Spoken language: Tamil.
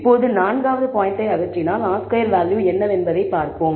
இப்போது நான்காவது பாயிண்டை அகற்றினால் R ஸ்கொயர் வேல்யூ என்ன என்பதைப் பார்ப்போம்